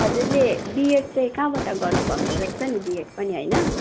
हजुरले बिएड चाहिँ कहाँबाट गर्नु भएको रहेछ नि बिएड पनि होइन